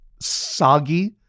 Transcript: soggy